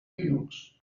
linux